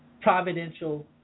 providential